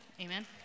Amen